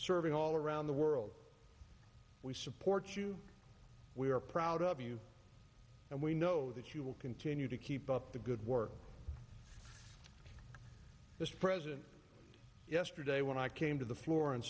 serving all around the world we support you we are proud of you and we know that you will continue to keep up the good work this president yesterday when i came to the flo